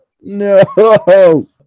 no